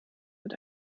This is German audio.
mit